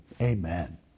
amen